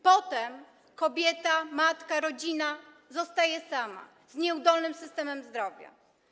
Potem kobieta, matka, rodzina zostają sami z nieudolnym systemem zdrowia.